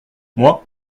moi